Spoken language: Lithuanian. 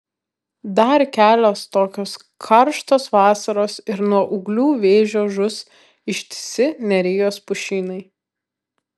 dar kelios tokios karštos vasaros ir nuo ūglių vėžio žus ištisi nerijos pušynai